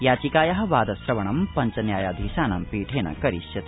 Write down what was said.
याचिकाया वाश्रवणं पंच न्यायाधीशानां पीठेन करिष्यते